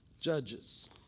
Judges